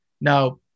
Now